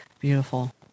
Beautiful